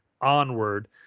onward